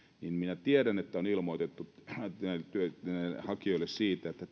niin minä tiedän että on ilmoitettu näille hakijoille siitä että